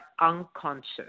unconscious